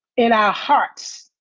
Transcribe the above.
in our hearts.